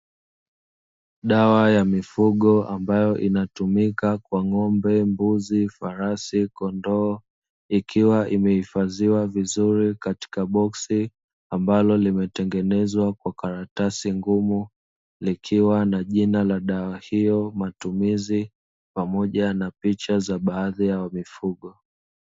Dawa ya mifugo ambayo inatumika kwa ng'ombe, mbuzi, farasi, kondoo ikiwa imehifadhiwa vizuri katika boksi ambalo limetengenezwa kwa karatasi ngumu likiwa na jina la dawa hiyo, matumizi pamoja na picha za baadhi ya mifugo.